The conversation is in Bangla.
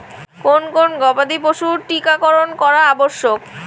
কোন কোন গবাদি পশুর টীকা করন করা আবশ্যক?